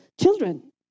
children